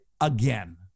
again